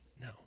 No